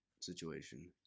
situation